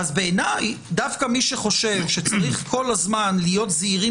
בעיניי דווקא מי שחושב שצריך כל הזמן להיות זהירים